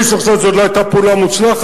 מישהו חושב שזאת לא היתה פעולה מוצלחת?